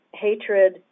hatred